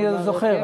אני זוכר,